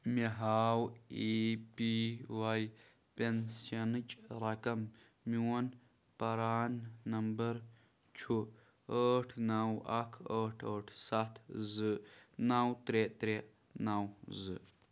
مےٚ ہاو A P Y پٮ۪نشَنٕچ رقم میون پَران نمبر چھُ ٲٹھ نَو اَکھ ٲٹھ ٲٹھ سَتھ زٕ نَو ترٛےٚ ترٛےٚ نَو زٕ